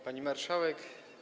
Pani Marszałek!